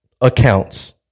accounts